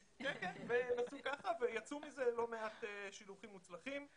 יצאו מזה לא מעט שידוכים מוצלחים.